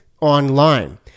online